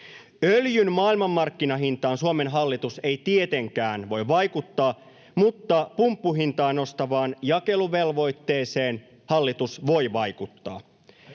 Öljyn maailmanmarkkinahintaan Suomen hallitus ei tietenkään voi vaikuttaa, mutta pumppuhintaa nostavaan jakeluvelvoitteeseen hallitus voi vaikuttaa.